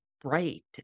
bright